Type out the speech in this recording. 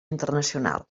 internacional